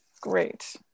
Great